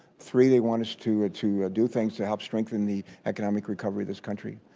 three, they want us to to ah do things to help strengthen the economic recovery of this country.